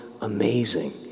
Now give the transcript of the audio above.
amazing